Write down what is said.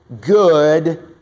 good